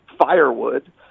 firewood